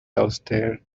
downstairs